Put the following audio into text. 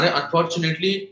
unfortunately